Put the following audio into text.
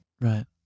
Right